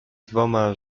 dwoma